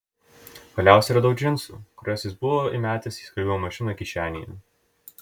galiausiai radau džinsų kuriuos jis buvo įmetęs į skalbimo mašiną kišenėje